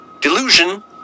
delusion